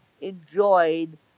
enjoyed